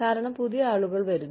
കാരണം പുതിയ ആളുകൾ വരുന്നു